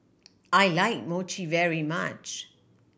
I like Mochi very much